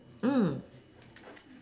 mm